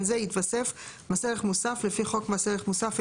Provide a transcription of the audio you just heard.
זה יתווסף מס ערך מוסף לפי חוק מס ערך מוסף,